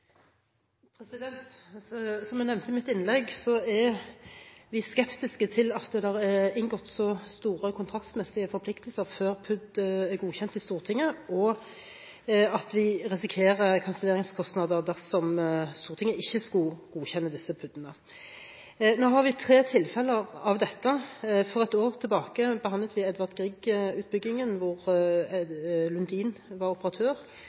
replikkordskifte. Som jeg nevnte i mitt innlegg, er vi skeptiske til at det har blitt inngått så store kontraktsmessige forpliktelser før PUD er godkjent i Stortinget, og at vi risikerer kanselleringskostnader dersom Stortinget ikke skulle godkjenne disse PUD-ene. Nå har vi tre tilfeller av dette. For ett år siden behandlet vi Edvard Grieg-utbyggingen, hvor Lundin var operatør.